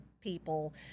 people